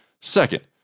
Second